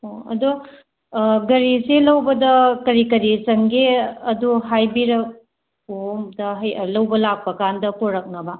ꯑꯣ ꯑꯗꯣ ꯒꯥꯔꯤꯁꯤ ꯂꯧꯕꯗ ꯀꯔꯤ ꯀꯔꯤ ꯆꯪꯒꯦ ꯑꯗꯣ ꯍꯥꯏꯕꯤꯔꯛꯑꯣ ꯑꯝꯇ ꯂꯧꯕ ꯂꯥꯛꯄ ꯀꯥꯟꯗ ꯄꯨꯔꯛꯅꯕ